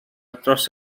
dros